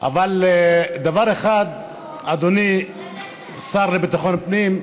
אבל דבר אחד, אדוני, השר לביטחון פנים,